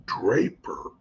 Draper